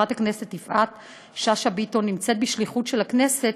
חברת הכנסת יפעת שאשא ביטון נמצאת בשליחות של הכנסת,